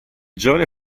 giovane